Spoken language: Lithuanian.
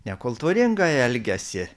nekultūringai elgiasi